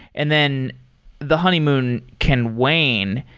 and then the honeymoon can wane.